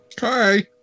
Hi